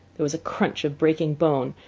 there was a crunch of breaking bone,